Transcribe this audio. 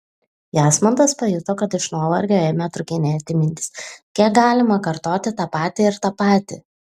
jasmantas pajuto kad iš nuovargio ėmė trūkinėti mintys kiek galima kartoti tą patį ir tą patį